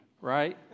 right